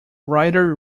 writer